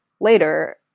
later